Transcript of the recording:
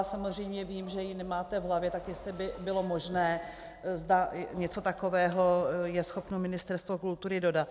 Samozřejmě vím, že ji nemáte v hlavě, tak jestli by bylo možné, zda něco takového je schopno Ministerstvo kultury dodat.